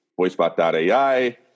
Voicebot.ai